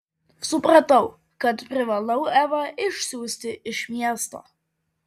supratau kad privalau evą išsiųsti iš miesto